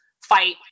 fight